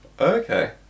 Okay